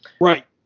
Right